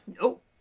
Nope